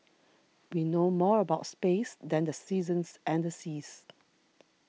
we know more about space than the seasons and the seas